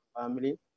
family